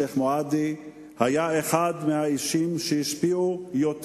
השיח' מועדי היה אחד מהאישים שהשפיעו יותר